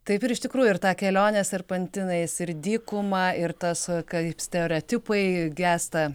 taip ir iš tikrųjų ir tą kelionę serpantinais ir dykumą ir tas kaip stereotipai gęsta